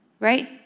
right